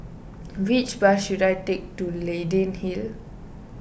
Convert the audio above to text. which bus should I take to Leyden Hill